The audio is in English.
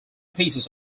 pieces